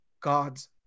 God's